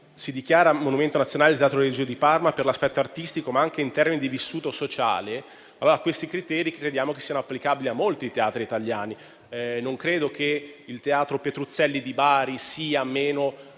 si dichiara monumento nazionale il Teatro Regio di Parma per l'aspetto artistico, ma anche in termini di vissuto sociale, allora questi criteri crediamo siano applicabili a molti teatri italiani. Non credo che il Teatro Petruzzelli di Bari, il Teatro